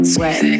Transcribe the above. Sweat